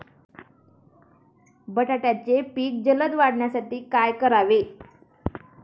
बटाट्याचे पीक जलद वाढवण्यासाठी काय करावे?